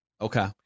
Okay